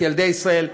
את ילדי ישראל.